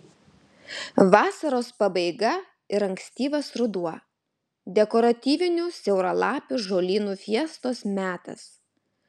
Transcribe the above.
vasaros pabaiga ir ankstyvas ruduo dekoratyvinių siauralapių žolynų fiestos metas